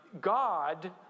God